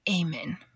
amen